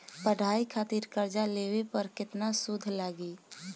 पढ़ाई खातिर कर्जा लेवे पर केतना सूद लागी?